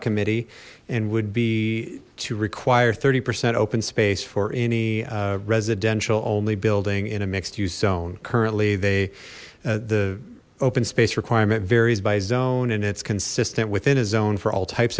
committee and would be to require thirty percent open space for any residential only building in a mixed use zone currently they the open space requirement varies by zone and it's consistent within a zone for all types